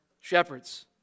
shepherds